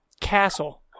castle